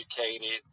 educated